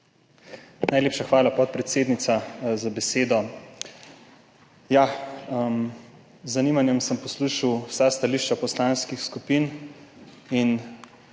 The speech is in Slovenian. Najlepša hvala, podpredsednica, za besedo. Z zanimanjem sem poslušal vsa stališča poslanskih skupin in